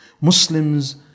Muslims